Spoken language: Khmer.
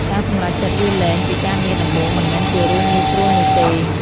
ការសម្រេចចិត្តលាលែងពីការងារដំបូងមិនមែនជារឿងងាយស្រួលនោះទេ។